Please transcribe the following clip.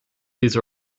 these